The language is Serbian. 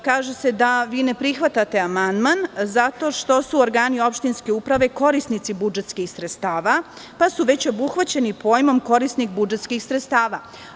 Kaže se da vi ne prihvatate amandman zato što su organi opštinske uprave korisnici budžetskih sredstava, pa su već obuhvaćeni pojmom "korisnik budžetskih sredstava"